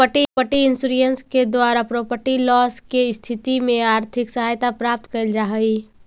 property insurance के द्वारा property loss के स्थिति में आर्थिक सहायता प्राप्त कैल जा हई